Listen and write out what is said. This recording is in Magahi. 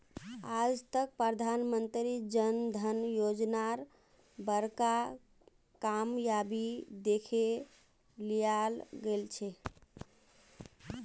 आज तक प्रधानमंत्री जन धन योजनार बड़का कामयाबी दखे लियाल गेलछेक